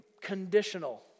conditional